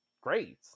great